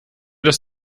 dass